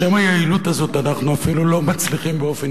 בשם היעילות הזאת אנחנו אפילו לא מצליחים באופן